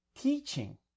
teaching